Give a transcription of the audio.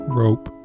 rope